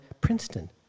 Princeton